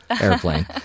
airplane